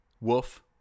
woof